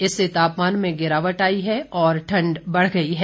इससे तापमान में गिरावट आई है और ठंड बढ़ गई है